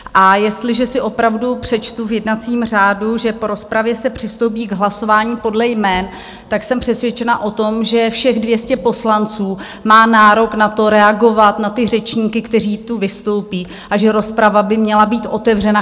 A jestliže si opravdu přečtu v jednacím řádu, že po rozpravě se přistoupí k hlasování podle jmen, tak jsem přesvědčena o tom, že všech 200 poslanců má nárok na to reagovat na ty řečníky, kteří tu vystoupí, a že rozprava by měla být otevřena.